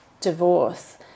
divorce